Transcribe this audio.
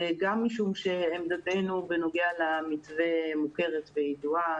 גם משום שעמדתנו בנוגע למתווה מוכרת וידועה.